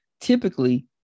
typically